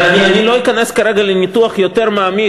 אבל אני לא אכנס כרגע לניתוח יותר מעמיק,